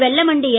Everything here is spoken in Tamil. வெல்லமண்டி என்